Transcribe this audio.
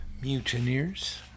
mutineers